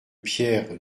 pierre